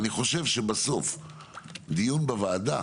אני חושב שדיון בוועדה,